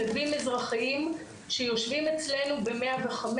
מתנדבים אזרחיים שיושבים אצלנו ב-105,